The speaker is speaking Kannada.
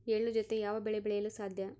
ಎಳ್ಳು ಜೂತೆ ಯಾವ ಬೆಳೆ ಬೆಳೆಯಲು ಸಾಧ್ಯ?